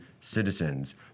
citizens